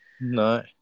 No